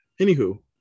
anywho